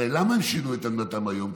הרי למה הם שינו את עמדתם היום?